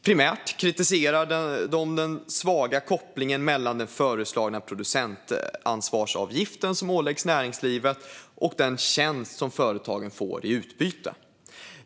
Primärt kritiserar de den svaga kopplingen mellan den föreslagna producentansvarsavgift som åläggs näringslivet och den tjänst som företagen får i utbyte.